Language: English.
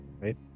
Right